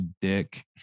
dick